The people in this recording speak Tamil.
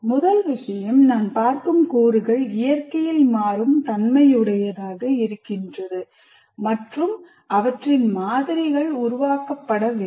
முதல் விஷயம் நான் பார்க்கும் கூறுகள் இயற்கையில் மாறும் தன்மை உடையதாக இருக்கின்றது மற்றும் அவற்றின் மாதிரிகள் உருவாக்கப்பட வேண்டும்